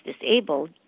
disabled